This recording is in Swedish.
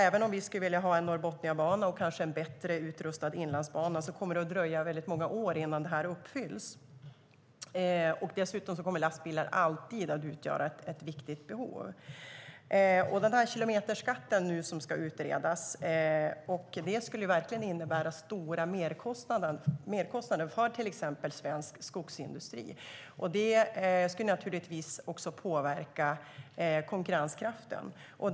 Även om vi skulle vilja ha en Norrbotniabana och kanske en bättre utrustad Inlandsbana kommer det att dröja många år innan det önskemålet uppfylls. Dessutom kommer lastbilar alltid att utgöra ett viktigt behov. Den kilometerskatt som nu ska utredas skulle verkligen innebära stora merkostnader för till exempel svensk skogsindustri. Det skulle naturligtvis också påverka konkurrenskraften.